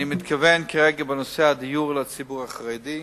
אני מתכוון כרגע לנושא הדיור לציבור החרדי.